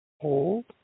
Hold